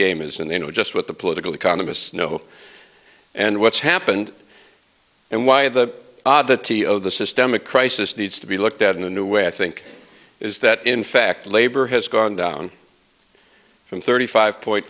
game is and they know just what the political economists know and what's happened and why the odd the t of the systemic crisis needs to be looked at in a new way i think is that in fact labor has gone down from thirty five point